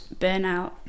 burnout